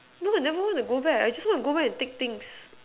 no I never want to go back I just want to go back and take things